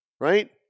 right